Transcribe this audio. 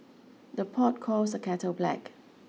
the pot calls the kettle black